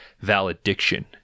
valediction